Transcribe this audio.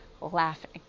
laughing